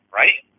right